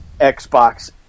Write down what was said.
Xbox